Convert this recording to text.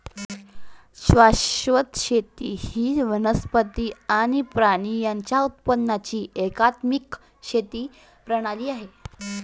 शाश्वत शेती ही वनस्पती आणि प्राणी यांच्या उत्पादनाची एकात्मिक शेती प्रणाली आहे